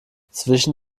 zwischen